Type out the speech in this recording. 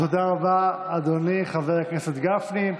תודה רבה, אדוני, חבר הכנסת גפני.